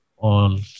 on